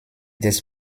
des